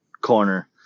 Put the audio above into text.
corner